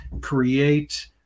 create